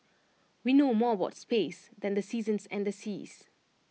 we know more about space than the seasons and the seas